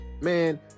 Man